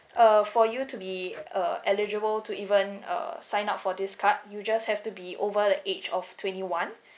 uh for you to be uh eligible to even uh sign up for this card you just have to be over the age of twenty one